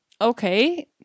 okay